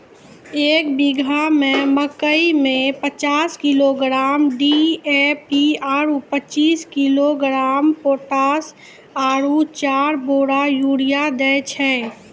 एक बीघा मे मकई मे पचास किलोग्राम डी.ए.पी आरु पचीस किलोग्राम पोटास आरु चार बोरा यूरिया दैय छैय?